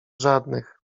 żadnych